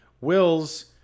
Wills